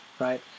right